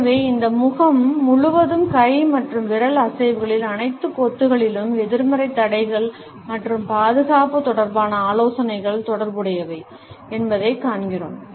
எனவே இந்த முகம் முழுவதும் கை மற்றும் விரல் அசைவுகளின் அனைத்து கொத்துகளிலும் எதிர்மறை தடைகள் மற்றும் பாதுகாப்பு தொடர்பான ஆலோசனைகள் தொடர்புடையவை என்பதைக் காண்கிறோம்